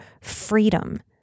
freedom